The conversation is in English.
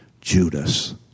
Judas